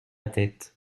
tête